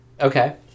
Okay